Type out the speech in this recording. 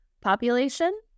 population